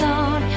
on